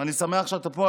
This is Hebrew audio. אני שמח שאתה פה,